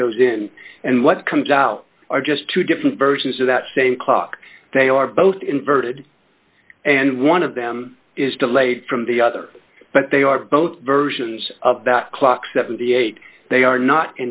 goes in and what comes out are just two different versions of that same clock they are both inverted and one of them is delayed from the other but they are both versions of the clock seventy eight they are not